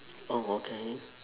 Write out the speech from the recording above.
oh okay